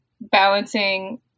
balancing